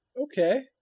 okay